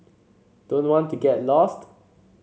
don't want to get lost